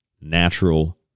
Natural